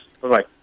Bye-bye